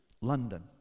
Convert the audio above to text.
London